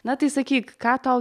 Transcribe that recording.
na tai sakyk ką tau